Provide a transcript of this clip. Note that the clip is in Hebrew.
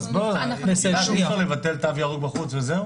אי אפשר לבטל תו ירוק בחוץ וזהו?